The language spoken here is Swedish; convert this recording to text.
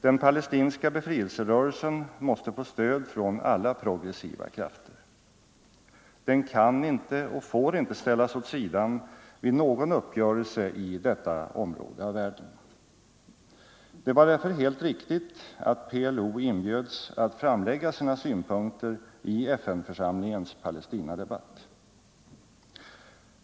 Den palestinska befrielserörelsen måste få stöd från alla progressiva krafter. Den kan inte och får inte ställas åt sidan vid någon uppgörelse i detta område av världen. Det var därför helt riktigt att PLO inbjöds att framlägga sina synpunkter i FN-församlingens Palestinadebatt.